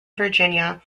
virginia